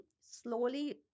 slowly